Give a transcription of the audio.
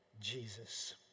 Jesus